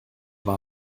war